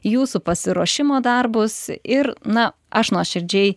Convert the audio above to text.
jūsų pasiruošimo darbus ir na aš nuoširdžiai